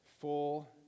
full